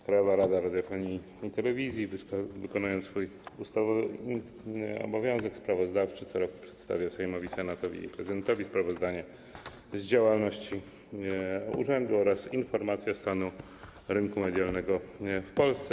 Krajowa Rada Radiofonii i Telewizji, wykonując swój ustawowy obowiązek sprawozdawczy, co roku przedstawia Sejmowi, Senatowi i prezydentowi sprawozdanie z działalności urzędu oraz informacje o stanie rynku medialnego w Polsce.